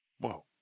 Whoa